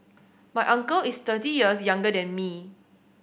my uncle is thirty years younger than me